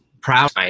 proud